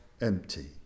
empty